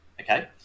okay